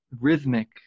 rhythmic